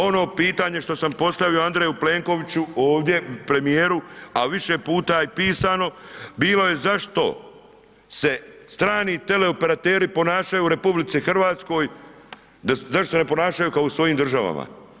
Ono pitanje što sam postavio Andreju Plenkoviću ovdje, premijeru, a više puta i pisano, bilo je zašto se strani teleoperateri ponašaju u RH, zašto se ne ponašaju kao u svojim državama?